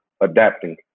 adapting